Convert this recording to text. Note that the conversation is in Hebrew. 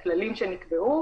לכללים שנקבעו.